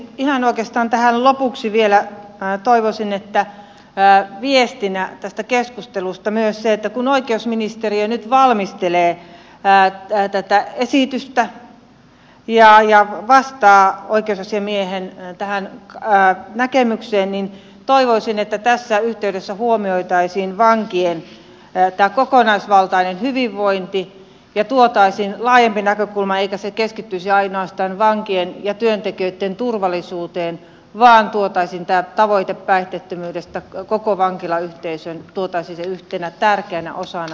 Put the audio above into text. oikeastaan ihan tähän lopuksi vielä toivoisin viestinä tästä keskustelusta myös sen että kun oikeusministeriö nyt valmistelee tätä esitystä ja vastaa tähän oikeusasiamiehen näkemykseen niin toivoisin että tässä yhteydessä huomioitaisiin vankien kokonaisvaltainen hyvinvointi ja tuotaisiin laajempi näkökulma eikä se keskittyisi ainoastaan vankien ja työntekijöitten turvallisuuteen vaan tuotaisiin tämä tavoite päihteettömyydestä koko vankilayhteisöön tuotaisiin se yhtenä tärkeänä osana